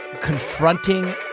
confronting